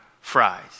fries